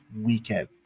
weekend